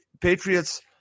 Patriots